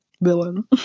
villain